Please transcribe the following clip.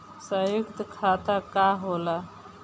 सयुक्त खाता का होला?